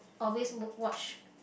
always w~ watch